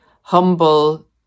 humble